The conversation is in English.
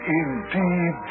indeed